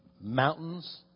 Mountains